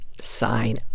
sign